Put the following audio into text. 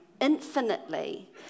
infinitely